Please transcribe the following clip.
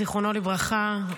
זיכרונו לברכה.